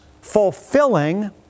fulfilling